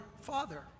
father